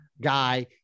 guy